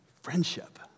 friendship